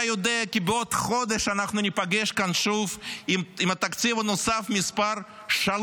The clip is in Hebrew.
אתה יודע כי בעוד חודש אנחנו ניפגש כאן שוב עם התקציב הנוסף מס' 3,